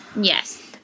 Yes